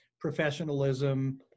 professionalism